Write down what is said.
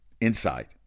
inside